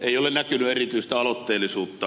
ei ole näkynyt erityistä aloitteellisuutta